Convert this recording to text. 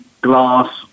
glass